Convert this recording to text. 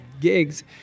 gigs